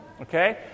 okay